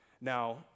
Now